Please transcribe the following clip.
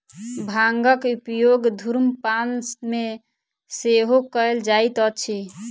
भांगक उपयोग धुम्रपान मे सेहो कयल जाइत अछि